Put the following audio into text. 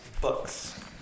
Books